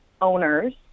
owners